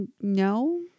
No